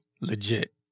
legit